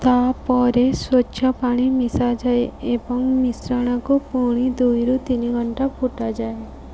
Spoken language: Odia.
ତାପରେ ସ୍ୱଚ୍ଛ ପାଣି ମିଶାଯାଏ ଏବଂ ମିଶ୍ରଣକୁ ପୁଣି ଦୁଇରୁ ତିନି ଘଣ୍ଟା ଫୁଟାଯାଏ